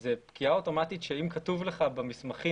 אלא זאת פקיעה אוטומטית שאם כתוב לך במסמכים,